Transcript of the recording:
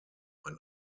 ein